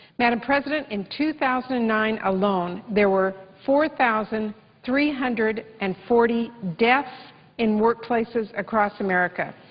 madam president, in two thousand and nine alone there were four thousand three hundred and forty deaths in workplaces across america.